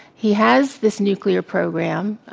he has this nuclear program.